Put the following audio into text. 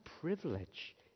privilege